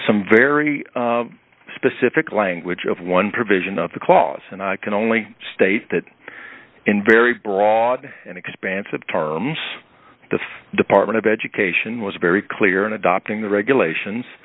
some very specific language of one provision of the clause and i can only state that in very broad and expansive terms the department of education was very clear in adopting the regulations